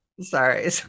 Sorry